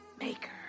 maker